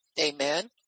Amen